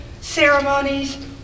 ceremonies